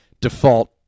default